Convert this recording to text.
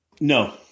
No